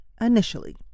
initially